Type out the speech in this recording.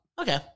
Okay